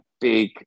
big